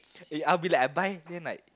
eh I be like I buy then like